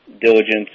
diligence